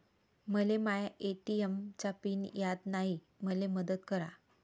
मले माया ए.टी.एम चा पिन याद नायी, मले मदत करा